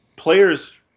Players